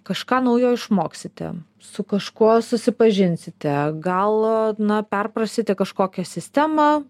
kažką naujo išmoksite su kažkuo susipažinsite gal na perprasite kažkokią sistemą